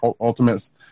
Ultimates